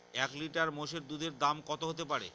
এক লিটার মোষের দুধের দাম কত হতেপারে?